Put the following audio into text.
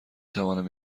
توانم